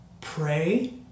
pray